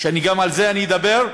וגם על זה אני אדבר,